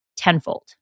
Tenfold